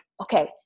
okay